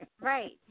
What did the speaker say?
Right